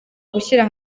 gushyira